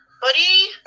buddy